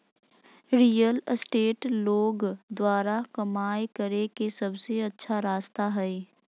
real estate लोग द्वारा कमाय करे के सबसे अच्छा रास्ता हइ